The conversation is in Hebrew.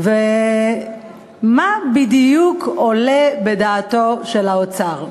מה בדיוק עולה בדעתו של האוצר?